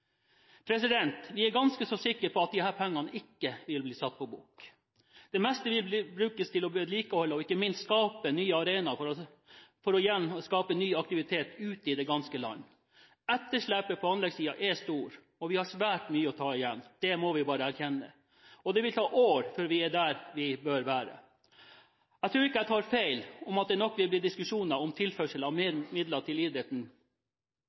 Vi er ganske så sikre på at de pengene ikke vil bli satt på bok – det meste vil brukes til å vedlikeholde og ikke minst skape nye arenaer for igjen å skape ny aktivitet ute i det ganske land. Etterslepet på anleggssiden er stort, vi har svært mye å ta igjen – det må vi bare erkjenne – og det vil ta år før vi er der vi bør være. Jeg tror ikke jeg tar feil om at det nok vil bli diskusjoner om tilførsel av mer midler til